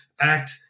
act